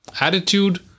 Attitude